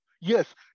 Yes